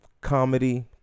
comedy